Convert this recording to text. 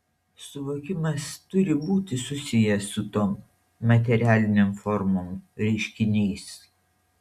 suvokimas turi būti susijęs su tom materialinėm formom reiškiniais